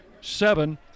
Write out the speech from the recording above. seven